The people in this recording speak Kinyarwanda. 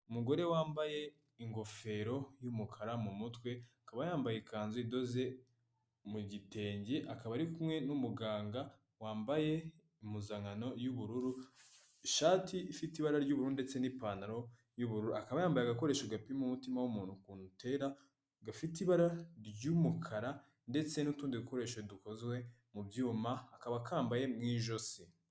Umugore wambaye ingofero y'umukara mu mutwe akaba yambaye ikanzu idoze mu igitenge akaba ari kumwe n'umuganga wambaye impuzankano y’ubururu ishati ifite ibara ry'ubururu ndetse n'ipantaro y'ubururu akaba yambaye agakoresho gapima umutima w'umuntu ukuntu utera gafite ibara ry'umukara ndetse n'utundi dukoresho dukozwe mu byuma akaba akambaye mu ijosi.